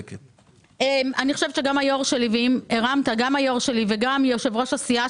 אני חושבת שגם היו"ר שלי וגם יושב-ראש הסיעה